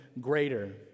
greater